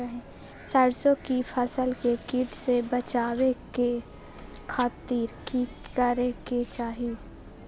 सरसों की फसल के कीट से बचावे खातिर की करे के चाही?